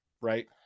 right